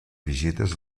visites